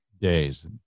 days